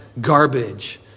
garbage